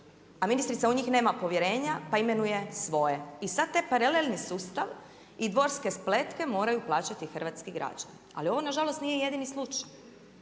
a ministrica u njih nema povjerenja, pa imenuje svoje. I sad taj paralelni sustav i dvorske spletke moraju plaćati hrvatski građani. Ali ovo nažalost nije jedini slučaj.